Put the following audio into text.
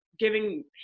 giving